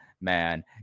man